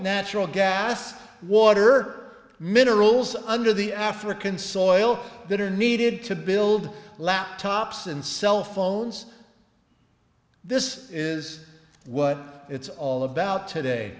natural gas water or minerals under the african soil that are needed to build laptops and cell phones this is what it's all about today